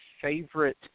favorite